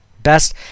best